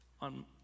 on